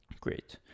great